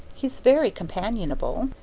he's very companionable.